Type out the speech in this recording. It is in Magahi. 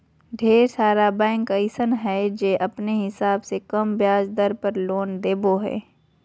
ढेर सारा बैंक अइसन हय जे अपने हिसाब से कम ब्याज दर पर लोन देबो हय